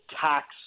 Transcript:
tax